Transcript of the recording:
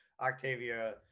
Octavia